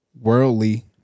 worldly